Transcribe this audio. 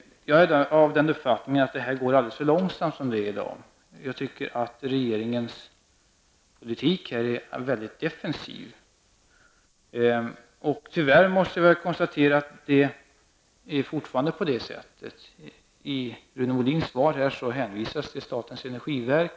Jag är av den uppfattningen att det i dag går alldeles för långsamt. Jag tycker att regeringens politik på det här området är väldigt defensiv. Tyvärr måste jag konstatera att detta fortfarande är fallet. Rune Molin hänvisar i sitt svar till statens energiverk.